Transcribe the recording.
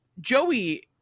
Joey